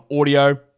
audio